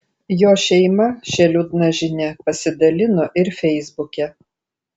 jo šeima šia liūdna žinia pasidalino ir feisbuke